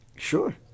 Sure